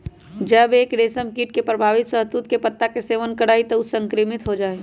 जब एक रेशमकीट प्रभावित शहतूत के पत्ता के सेवन करा हई त ऊ संक्रमित हो जा हई